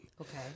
Okay